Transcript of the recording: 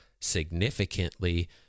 significantly